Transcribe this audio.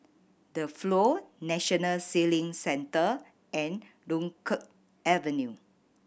The Flow National Sailing Centre and Dunkirk Avenue